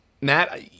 Matt